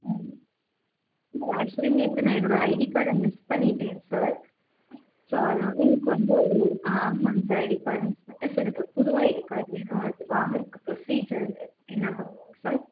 actually நேற்று என்னோட ID கார்டை மிஸ் பண்ணிவிட்டேன் சார் ஸோ அதனால எனக்கு வந்து ஒரு ஆ ஆமாங்க சார் ஐடி கார்டை மிஸ் பண்ணிவிட்டேன் சார் எனக்கு புது ஐடி கார்டு வேணும் அது வாங்கிறதுக்கு ப்ரொஸிஜர் என்ன பண்ணணும் சார்